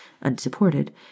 unsupported